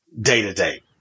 day-to-day